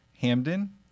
Hamden